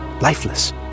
lifeless